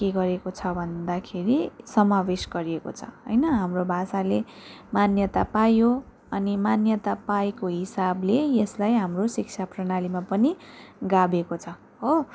के गरेको छ भन्दाखेरि समावेश गरिएको छ होइन हाम्रो भाषाले मान्यता पायो अनि मान्यता पाएको हिसाबले यसलाई हाम्रो शिक्षा प्रणालीमा पनि गाभेको छ हो